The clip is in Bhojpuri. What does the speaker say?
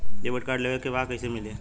डेबिट कार्ड लेवे के बा कईसे मिली?